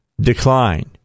decline